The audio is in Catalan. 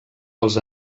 dels